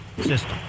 system